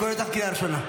הקדוש ברוך הוא רצה את זה.